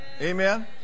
Amen